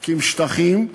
להקים שטחים,